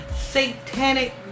satanic